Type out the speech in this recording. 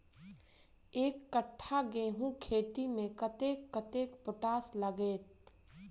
एक कट्ठा गेंहूँ खेती मे कतेक कतेक पोटाश लागतै?